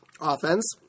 Offense